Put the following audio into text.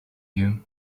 you